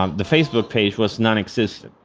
um the facebook page was non-existent.